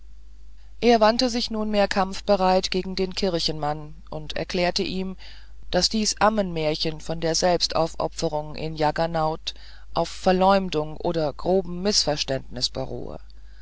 er wandte sich nunmehr kampfbereit gegen den kirchenmann und erklärte ihm daß dies ammenmärchen von den selbstaufopferungen in jaggernauth auf verleumdung oder grobem mißverständnis beruhe